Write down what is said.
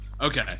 Okay